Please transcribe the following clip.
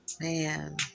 man